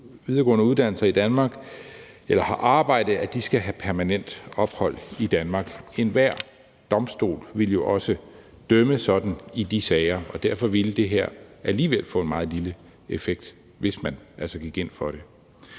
videregående uddannelser i Danmark eller har arbejdet, skal have permanent ophold i Danmark. Enhver domstol vil jo også dømme sådan i de sager, og derfor ville det her alligevel få en meget lille effekt, hvis man altså gik ind for det.